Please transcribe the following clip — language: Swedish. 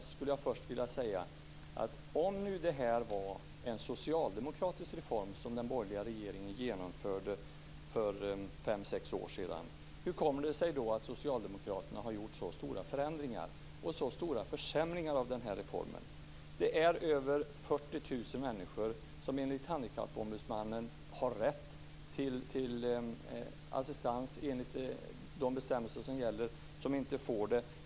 Jag skulle först vilja ställa en fråga: Om det var en socialdemokratisk reform som den borgerliga regeringen genomförde för fem sex år sedan, hur kommer det sig då att socialdemokraterna har gjort så stora förändringar, så stora försämringar, av reformen? Det är över 40 000 människor som enligt Handikappombudsmannen har rätt till assistans enligt de bestämmelser som gäller men som inte får det.